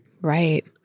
Right